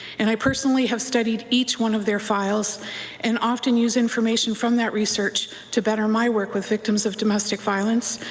and i personally studied each one of their files and often use information from that research to better my work with victims of domestic violence,